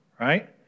right